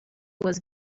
was